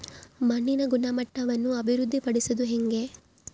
ಮಣ್ಣಿನ ಗುಣಮಟ್ಟವನ್ನು ಅಭಿವೃದ್ಧಿ ಪಡಿಸದು ಹೆಂಗೆ?